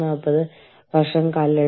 നേരത്തെ അവ ആവശ്യമില്ലായിരുന്നു